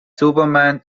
superman